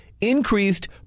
increased